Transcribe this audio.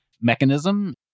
mechanism